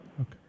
okay